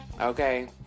okay